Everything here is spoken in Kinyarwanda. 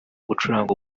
gucuranga